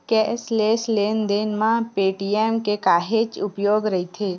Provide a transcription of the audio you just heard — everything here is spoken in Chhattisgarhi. कैसलेस लेन देन म पेटीएम के काहेच के योगदान रईथ